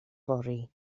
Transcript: fory